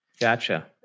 Gotcha